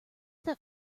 that